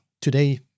today